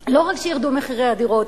שלא רק שירדו מחירי הדירות,